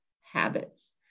habits